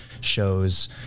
shows